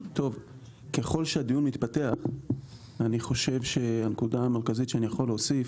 ככל שהדיון מתפתח הנקודה המרכזית שאני יכול להוסיף